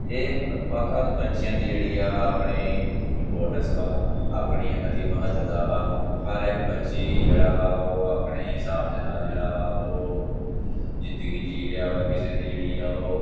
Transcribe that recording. ਇਹ ਵੱਖ ਵੱਖ ਪੰਛੀਆਂ ਦੀ ਜਿਹੜੀ ਆ ਆਪਣੀ ਇੰਪੋਟੈਂਨਸ ਵਾ ਆਪਣੀ ਇਹਨਾਂ ਦੀ ਮਹੱਤਤਾ ਵਾ ਹਰ ਇੱਕ ਪੰਛੀ ਜਿਹੜਾ ਵਾ ਉਹ ਆਪਣੇ ਹਿਸਾਬ ਦੇ ਨਾਲ ਜਿਹੜਾ ਵਾ ਉਹ ਜ਼ਿੰਦਗੀ ਜੀ ਰਿਹਾ ਵਾ ਕਿਸੇ ਦੀ ਜਿਹੜੀ ਆ ਉਹ